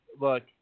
look